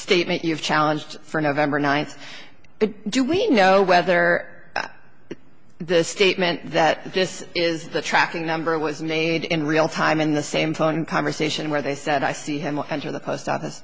statement you've challenged for november ninth do we know whether the statement that this is the tracking number was made in real time in the same phone conversation where they said i see him answer the post